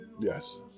Yes